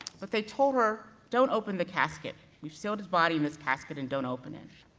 but they told her don't open the casket. we've sealed his body in his casket and don't open it,